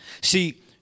See